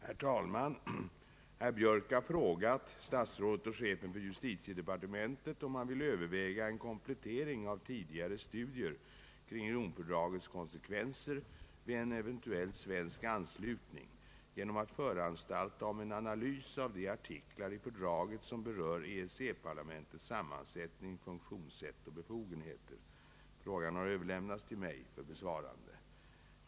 Herr talman! Herr Björk har frågat statsrådet och chefen för justitiedepartementet om han vill överväga en komplettering av tidigare studier kring Romfördragets konsekvenser vid en eventuell svensk EEC-anslutning genom att föranstalta om en analys av de artiklar i fördraget som berör EEC-parlamentets sammansättning, funktionssätt och befogenheter. Frågan har överlämnats till mig för besvarande.